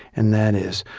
and that is,